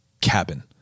cabin